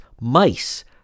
mice